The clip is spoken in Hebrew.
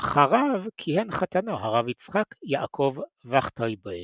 ואחריו כיהן חתנו הרב יצחק יעקב וכטפויגל.